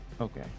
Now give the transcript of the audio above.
Okay